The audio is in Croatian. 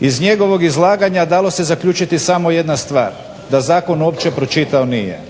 Iz njegovog izlaganja dalo se zaključiti samo jedna stvar, da zakon uopće pročitao nije.